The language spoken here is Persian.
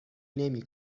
نمی